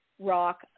rock